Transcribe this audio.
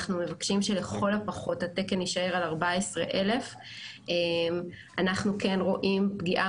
אנחנו מבקשים שלכל הפחות התקן יישאר על 14,000. אנחנו כן רואים פגיעה